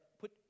put